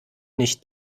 nicht